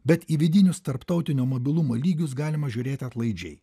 bet į vidinius tarptautinio mobilumo lygius galima žiūrėti atlaidžiai